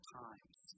times